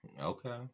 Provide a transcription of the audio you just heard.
Okay